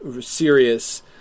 serious